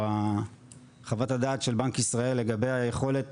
או חוות הדעת של בנק ישראל לגבי היכולת